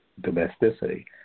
domesticity